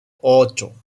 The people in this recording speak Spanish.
ocho